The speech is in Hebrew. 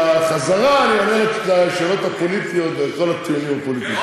ובחזרה אני אענה על השאלות הפוליטיות ועל כל הטיעונים הפוליטיים.